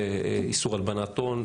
זה איסור הלבנת הון,